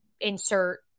insert